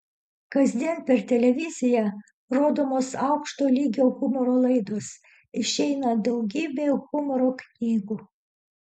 kasdien per televiziją rodomos aukšto lygio humoro laidos išeina daugybė humoro knygų